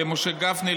למשה גפני,